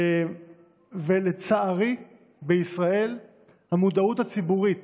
לצערי בישראל המודעות הציבורית